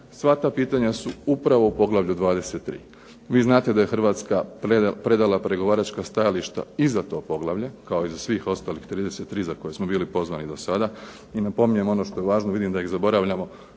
Sva ta pitanja su upravo u poglavlju 23. Vi znate da je Hrvatska predala pregovaračka stajališta iza tog poglavlja, kao i za svih ostalih 33 za koje smo bili pozvani do sada i napominjem ono što je važno, vidim da ih zaboravljamo,